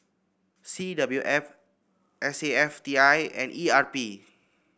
C W F S A F T I and E R P